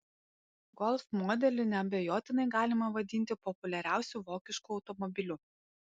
golf modelį neabejotinai galima vadinti populiariausiu vokišku automobiliu